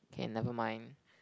K nevermind